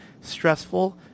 stressful